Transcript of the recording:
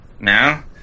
now